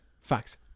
facts